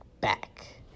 back